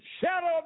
shadow